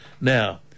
Now